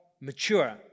mature